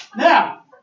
Now